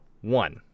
One